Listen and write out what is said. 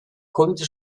konnte